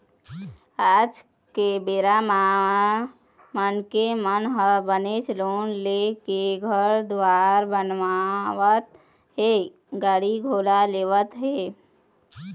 आज के बेरा म मनखे मन ह बनेच लोन ले लेके घर दुवार बनावत हे गाड़ी घोड़ा लेवत हें